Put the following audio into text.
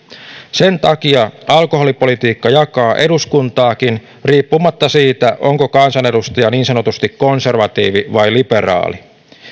sen takia alkoholipolitiikka jakaa eduskuntaakin riippumatta siitä onko kansanedustaja niin sanotusti konservatiivi vai liberaali